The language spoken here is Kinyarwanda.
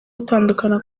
gutandukana